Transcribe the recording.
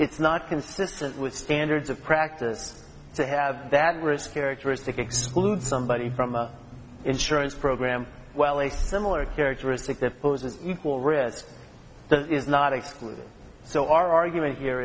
it's not consistent with standards of practice to have that risk characteristic exclude somebody from an insurance program well a similar characteristic that poses equal risk is not exclusive so our argument here